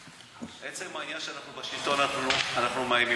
בעצם העניין שאנחנו בשלטון אנחנו מאיימים.